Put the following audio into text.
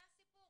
זה כל הסיפור.